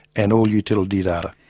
and all utility data.